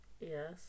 Yes